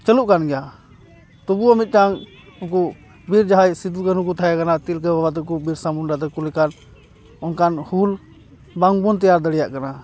ᱪᱟᱹᱞᱩᱜ ᱠᱟᱱ ᱜᱮᱭᱟ ᱛᱚᱵᱩᱳ ᱢᱤᱫᱴᱟᱝ ᱩᱱᱠᱩ ᱵᱤᱨ ᱡᱟᱦᱟᱸᱭ ᱥᱤᱫᱩ ᱠᱟᱹᱱᱩ ᱠᱚ ᱛᱟᱦᱮᱸ ᱠᱟᱱᱟ ᱛᱤᱞᱠᱟᱹ ᱵᱟᱵᱟ ᱛᱟᱠᱚ ᱵᱤᱨᱥᱟ ᱢᱩᱱᱰᱟ ᱛᱟᱠᱚ ᱞᱮᱠᱟᱱ ᱚᱱᱠᱟᱱ ᱦᱩᱞ ᱵᱟᱝᱵᱚᱱ ᱛᱮᱭᱟᱨ ᱫᱟᱲᱮᱭᱟᱜ ᱠᱟᱱᱟ